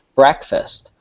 breakfast